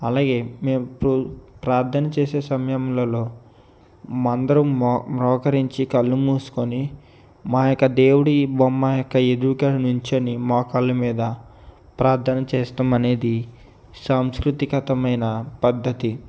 అలాగే మేము పు ప్రార్థన చేసే సమయంలలో మా అందరం మ్రోకరించి కళ్ళు మూసుకొని మా యొక్క దేవుడి బొమ్మ మా యొక ఎదుక నించొని మోకాళ్ళ మీద ప్రార్థన చేస్తాం అనేది సాంస్కృతికమైన పద్ధతి